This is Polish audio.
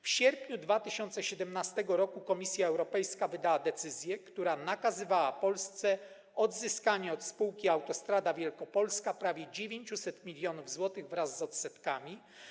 W sierpniu 2017 r. Komisja Europejska wydała decyzję, która nakazywała Polsce odzyskanie od spółki Autostrada Wielkopolska prawie 900 mln zł wraz z odsetkami.